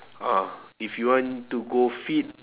ah if you want to go fit